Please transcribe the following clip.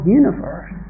universe